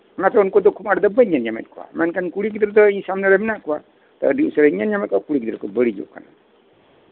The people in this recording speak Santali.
ᱚᱱᱟᱛᱮ ᱩᱱᱠᱩ ᱫᱚ ᱠᱷᱩᱵ ᱟᱸᱴ ᱫᱚ ᱵᱟᱹᱧ ᱧᱮᱞ ᱧᱟᱢᱮᱫ ᱠᱚᱣᱟ ᱢᱮᱱᱠᱷᱟᱱ ᱠᱩᱲᱤ ᱜᱤᱫᱽᱨᱟᱹ ᱫᱚ ᱤᱧ ᱥᱟᱢᱱᱮᱨᱮ ᱢᱮᱱᱟᱜ ᱠᱚᱣᱟ ᱛᱳ ᱟᱹᱰᱤ ᱩᱥᱟᱹᱨᱟᱧ ᱧᱮᱞ ᱧᱟᱢᱮᱫ ᱠᱚᱣᱟ ᱠᱩᱲᱤ ᱜᱤᱫᱽᱨᱟᱹ ᱠᱚ ᱵᱟᱹᱲᱤᱡᱚᱜ ᱠᱟᱱᱟ